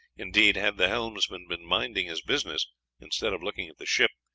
indeed, had the helmsman been minding his business instead of looking at the ship,